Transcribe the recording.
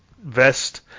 vest